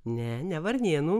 ne ne varnėnų